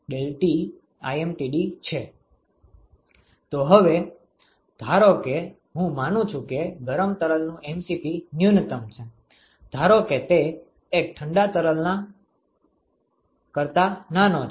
તો હવે ધારો કે હું માનું છું કે ગરમ તરલનું mCp ન્યુનતમ છે ધારો કે તે એક ઠંડા તરલના mCp કરતા નાનો છે